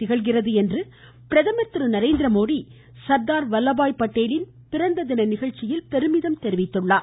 திகழ்கிறது என்று பிரதமர் திரு நரேந்திர மோடி சர்தார் வல்லபாய் படேலின் பிறந்த தின நிகழ்ச்சியில் பெருமிதம் தெரிவித்தார்